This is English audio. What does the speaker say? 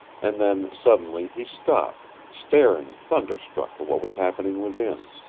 and then, suddenly, he stopped, staring thunderstruck at what was happening within.